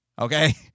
Okay